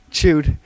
Chewed